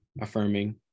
affirming